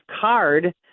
Card